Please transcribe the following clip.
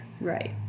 Right